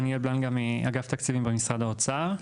שמי דניאל בלנגה מאגף התקציבים במשרד האוצר.